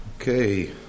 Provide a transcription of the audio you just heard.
Okay